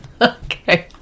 okay